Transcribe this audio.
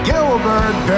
Gilbert